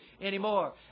anymore